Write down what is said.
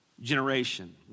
generation